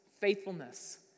faithfulness